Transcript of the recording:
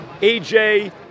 AJ